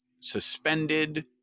suspended